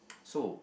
so